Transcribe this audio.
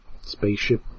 spaceship